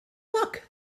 look